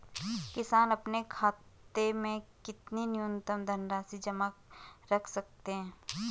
किसान अपने खाते में कितनी न्यूनतम धनराशि जमा रख सकते हैं?